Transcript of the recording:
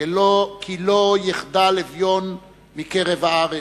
"כי לא יחדל אביון מקרב הארץ",